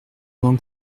donc